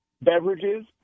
beverages